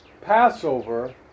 Passover